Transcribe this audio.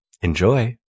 enjoy